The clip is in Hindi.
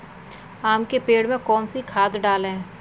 आम के पेड़ में कौन सी खाद डालें?